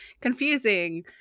confusing